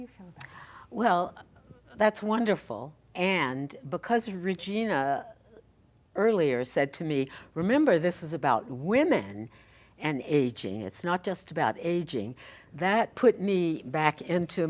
you feel well that's wonderful and because regina earlier said to me remember this is about women and aging it's not just about aging that put me back into